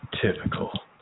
Typical